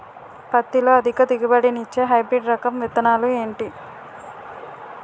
పత్తి లో అధిక దిగుబడి నిచ్చే హైబ్రిడ్ రకం విత్తనాలు ఏంటి